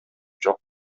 жок